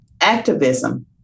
activism